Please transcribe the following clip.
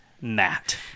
Matt